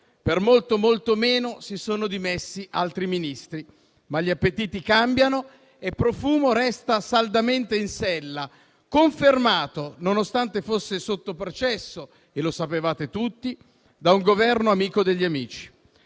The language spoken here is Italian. per molto e molto meno si sono dimessi altri Ministri, ma gli appetiti cambiano e Profumo resta saldamente in sella, confermato, nonostante fosse sotto processo - e lo sapevate tutti - da un Governo amico degli amici.